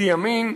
תיאמין,